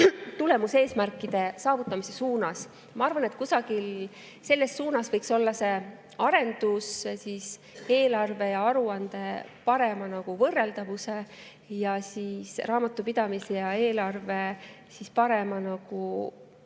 tulemuseesmärkide saavutamise suunas. Ma arvan, et kusagil selles suunas võiks olla see arendus eelarve ja aruande parema võrreldavuse ning raamatupidamise ja eelarve parema,